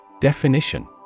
Definition